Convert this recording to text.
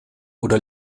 oder